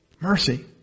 Mercy